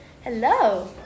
Hello